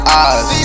eyes